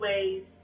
ways